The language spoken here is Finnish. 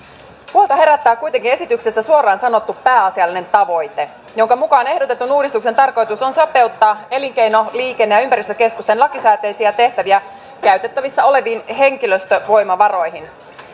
huolta herättää kuitenkin esityksessä suoraan sanottu pääasiallinen tavoite jonka mukaan ehdotetun uudistuksen tarkoitus on sopeuttaa elinkeino liikenne ja ympäristökeskusten lakisääteisiä tehtäviä käytettävissä oleviin henkilöstövoimavaroihin